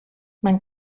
man